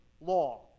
law